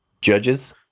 Judges